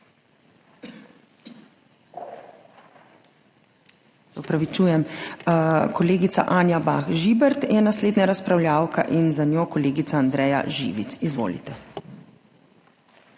ZUPANČIČ:** Kolegica Anja Bah Žibert je naslednja razpravljavka in za njo kolegica Andreja Živic. Izvolite.